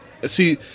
See